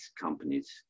companies